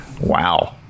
Wow